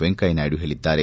ವೆಂಕಯ್ಹ ನಾಯ್ದು ಹೇಳಿದ್ದಾರೆ